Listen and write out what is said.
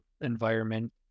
environment